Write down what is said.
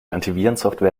antivirensoftware